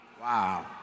Wow